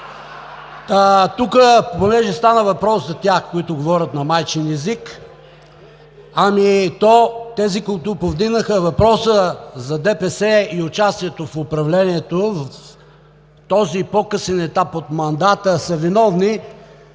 Тук, понеже стана въпрос за тези, които говорят на майчин език. (Шум и реплики.) Ами тези, които повдигнаха въпроса за ДПС и участието му в управлението в този по-късен етап от мандата, са виновни